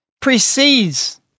precedes